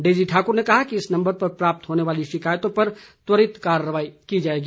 Daisy Thakur ने कहा कि इस नम्बर पर प्राप्त होने वाली शिकायतों पर त्वरित कार्रवाई की जाएगी